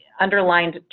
Underlined